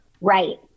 Right